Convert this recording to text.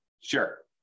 Sure